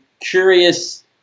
curious